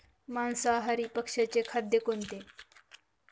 मांसाहारी पक्ष्याचे खाद्य कोणते?